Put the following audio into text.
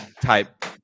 type